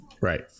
Right